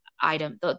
item